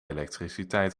elektriciteit